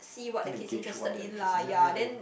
kinda guage what their interest ya ya ya